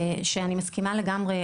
שאני מסכימה לגמרי,